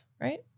right